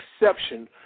exception